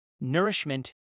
nourishment